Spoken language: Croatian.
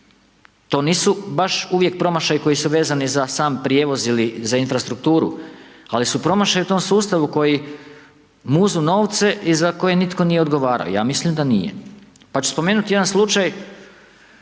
To nisu baš uvijek promašaji koji su vezani za sam prijevoz ili za infrastrukturu ali su promašaji u tom sustavu koji muzu novce i za koje nitko nije odgovarao, ja mislim da nije. Pa ću spomenuti jedan slučaj